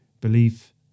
belief